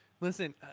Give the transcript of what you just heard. listen